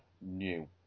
new